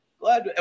glad